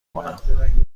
کنم